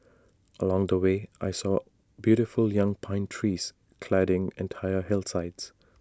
along the way I saw beautiful young pine trees cladding entire hillsides